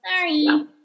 sorry